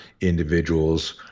individuals